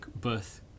birth